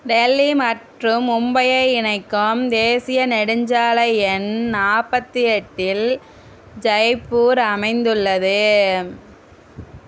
டெல்லி மற்றும் மும்பையை இணைக்கும் தேசிய நெடுஞ்சாலை எண் நாற்பத்தி எட்டில் ஜெய்பூர் அமைந்துள்ளது